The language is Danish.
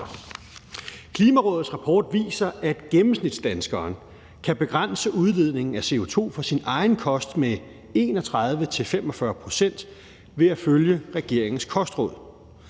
Klimarådets rapport viser, at gennemsnitsdanskeren kan begrænse CO2-udledningen fra sin egen kost med 31-45 pct. ved at følge regeringens kostråd.